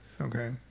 Okay